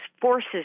forces